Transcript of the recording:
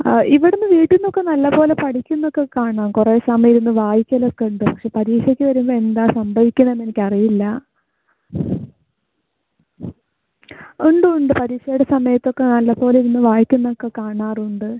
ആ ഇവിടന്ന് വീട്ടീന്നൊക്കെ നല്ലപോലെ പഠിക്കുന്നൊക്കെ കാണാം കുറെ സമയമിരുന്ന് വായിക്കുന്നൊക്കെയുണ്ട് പക്ഷേ പരീക്ഷയ്ക്ക് വരുമ്പോൾ എന്താ സംഭവിക്കുന്നേന്ന് എനിക്കറിയില്ല ഉണ്ടുണ്ട് പരീക്ഷേടെ സമയത്തൊക്കെ നല്ലപോലൊയിരുന്നു വായ്ക്കുന്നൊക്കെ കാണാറുണ്ട്